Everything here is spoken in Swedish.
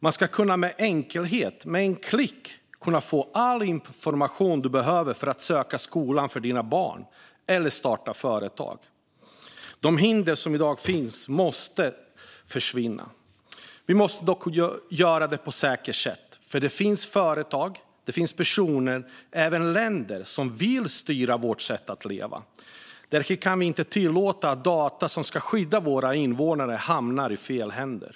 Man ska med enkelhet - med ett klick - kunna få all information man behöver för att söka skola för sina barn eller starta företag. De hinder som i dag finns måste försvinna. Vi måste dock göra det på ett säkert sätt, för det finns företag, personer och länder som vill styra vårt sätt att leva. Därför kan vi inte tillåta att data som ska skydda våra invånare hamnar i fel händer.